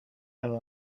and